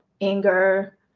anger